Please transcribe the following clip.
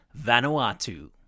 Vanuatu